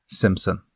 simpson